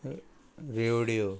रेवड्यो